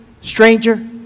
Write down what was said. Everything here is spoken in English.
stranger